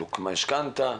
סילוק משכנתא,